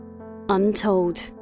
Untold